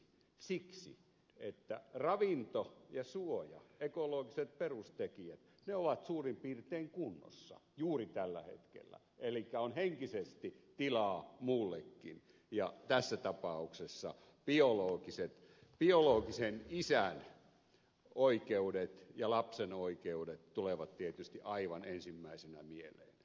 siksi että ravinto ja suoja ekologiset perustekijät ovat suurin piirtein kunnossa juuri tällä hetkellä elikkä on henkisesti tilaa muullekin ja tässä tapauksessa biologisen isän oikeudet ja lapsen oikeudet tulevat tietysti aivan ensimmäisenä mieleen